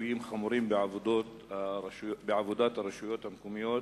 ליקויים חמורים בעבודת הרשויות המקומיות